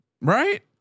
right